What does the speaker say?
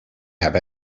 have